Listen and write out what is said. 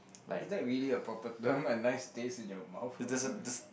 is that really a proper term and nice taste in your mouth or the